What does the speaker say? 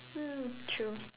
mm true